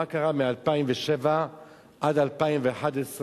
מה קרה מ-2007 ועד 2011,